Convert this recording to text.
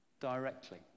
directly